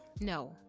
No